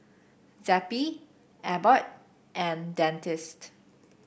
Zappy Abbott and Dentiste